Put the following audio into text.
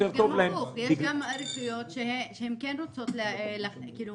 יש גם רשויות שרוצות להגדיל